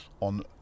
On